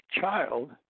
child